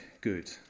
good